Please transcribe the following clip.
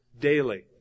daily